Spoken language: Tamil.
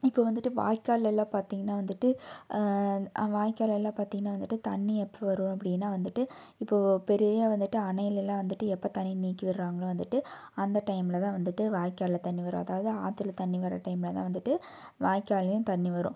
இப்போ வந்துட்டு வாய்க்கால்லலாம் பார்த்திங்னா வந்துட்டு வாய்க்காலலாம் பார்த்திங்கனா வந்துட்டு தண்ணி எப்போ வரும் அப்படினா வந்துட்டு இப்போ பெரிய வந்துட்டு அணைலலாம் வந்துட்டு எப்போ தண்ணி நீக்கி விடுறாங்களோ வந்துட்டு அந்த டைமில் தான் வந்துட்டு வாய்க்காலில் தண்ணி வரும் அதாவது ஆற்றுல தண்ணி வர்ற டைமில் தான் வந்துட்டு வாய்க்கால்லையும் தண்ணி வரும்